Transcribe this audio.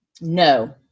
No